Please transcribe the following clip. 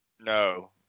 no